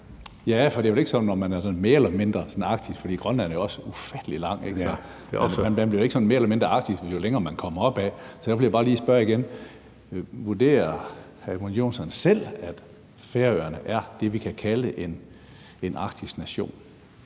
Ja, for det er vel ikke sådan, at man er sådan mere eller mindre arktisk, for Grønland er jo også ufattelig langt, ikke? Så man bliver jo ikke sådan mere eller mindre arktisk, jo længere man kommer opad. Så derfor vil jeg bare lige spørge igen: Vurderer hr. Edmund Joensen selv, at Færøerne er det, vi kan kalde en arktisk nation?